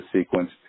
sequence